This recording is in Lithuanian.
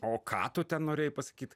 o ką tu ten norėjai pasakyt